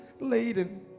Laden